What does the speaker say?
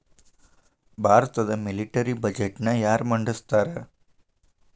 ಭಾರತದ ಮಿಲಿಟರಿ ಬಜೆಟ್ನ ಯಾರ ಮಂಡಿಸ್ತಾರಾ